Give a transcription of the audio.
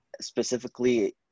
specifically